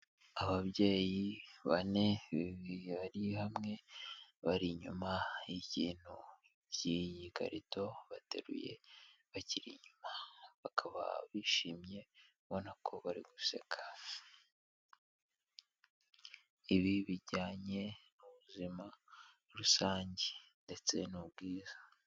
Ababyeyi bane bi bari hamwe bari inyuma y'ikintu by'iyi karito bateruye bakiri inyuma bakaba bishimye ubona ko bari guseka. Ibi bijyanye n'ubuzima rusange ndetse n'ubwiza.